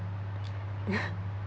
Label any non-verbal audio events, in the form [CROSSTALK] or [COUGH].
[LAUGHS]